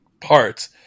parts